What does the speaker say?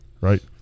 Right